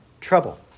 trouble